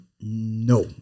No